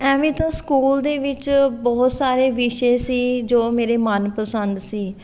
ਐਵੇਂ ਤਾਂ ਸਕੂਲ ਦੇ ਵਿੱਚ ਬਹੁਤ ਸਾਰੇ ਵਿਸ਼ੇ ਸੀ ਜੋ ਮੇਰੇ ਮਨਪਸੰਦ ਸੀ